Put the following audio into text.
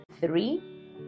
Three